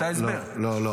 לא, לא.